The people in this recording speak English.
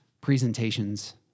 presentations